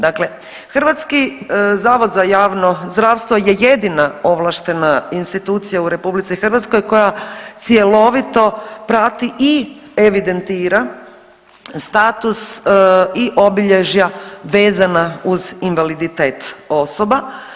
Dakle, Hrvatski zavod za javno zdravstvo je jedina ovlaštena institucija u Republici Hrvatskoj koja cjelovito prati i evidentira status i obilježja vezana uz invaliditet osoba.